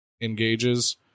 engages